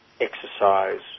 exercise